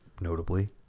notably